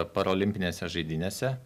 paralimpinėse žaidynėse